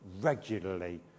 regularly